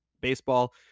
baseball